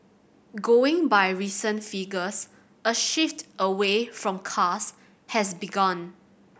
going by recent figures a shift away from cars has begun